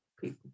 people